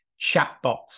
chatbots